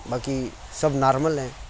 باقی سب نارمل ہیں